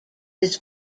his